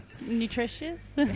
nutritious